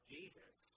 Jesus